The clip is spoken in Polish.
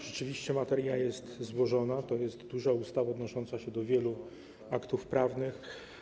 Rzeczywiście materia jest złożona, to jest duża ustawa odnosząca się do wielu aktów prawnych.